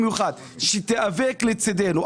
שתיאבק לצידנו.